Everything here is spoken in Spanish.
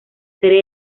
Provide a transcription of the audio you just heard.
serie